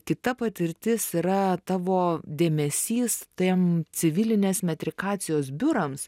kita patirtis yra tavo dėmesys tiem civilinės metrikacijos biurams